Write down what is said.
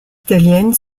italienne